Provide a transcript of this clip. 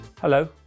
Hello